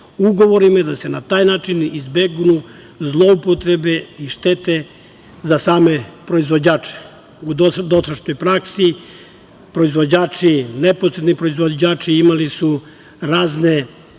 ugovorom i da se na taj način izbegnu zloupotrebe i štete za same proizvođače. U dosadašnjoj praksi proizvođači, neposredni proizvođači imali su razne